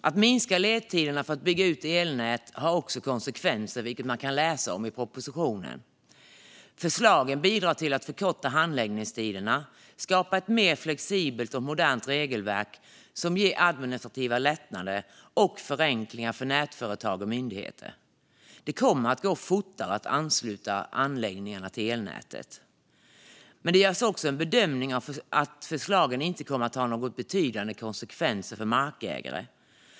Att minska ledtiderna för att bygga ut elnät har också konsekvenser, vilket man kan läsa om i propositionen. Förslagen bidrar till att förkorta handläggningstiderna och skapa ett mer flexibelt och modernt regelverk som ger administrativa lättnader och förenklingar för nätföretag och myndigheter. Det kommer att gå fortare att ansluta anläggningar till elnätet. Det görs också en bedömning att förslagen inte kommer att ha några betydande konsekvenser för markägare.